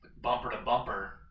bumper-to-bumper